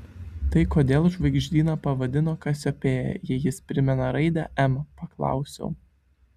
tai kodėl žvaigždyną pavadino kasiopėja jei jis primena raidę m paklausiau